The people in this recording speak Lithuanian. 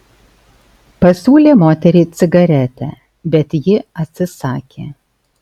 pasiūlė moteriai cigaretę bet ji atsisakė